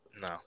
No